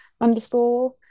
underscore